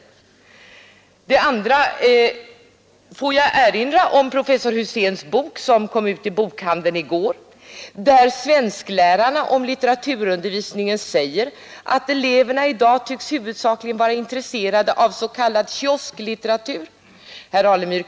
Får jag också erinra om professor Huséns bok, som kom ut i bokhandeln i går, där svensklärarna om litteraturundervisningen säger att eleverna i dag tycks huvudsakligen vara intresserade av s.k. kiosklitteratur. Herr Alemyr!